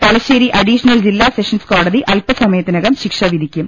Thalassery additional ജില്ലാ sessions കോടതി അല്പ സമയത്തിനകം ശിക്ഷ വിധിക്കും